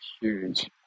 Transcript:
huge